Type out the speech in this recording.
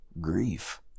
grief